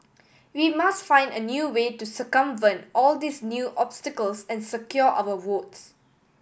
we must find a new way to circumvent all these new obstacles and secure our votes